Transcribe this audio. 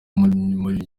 muri